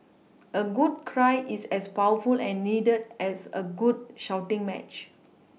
a good cry is as powerful and needed as a good shouting match